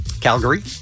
Calgary